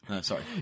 Sorry